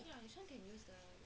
I_P_L